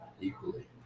equally